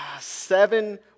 seven